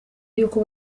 y’uko